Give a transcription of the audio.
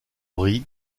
brie